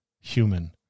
human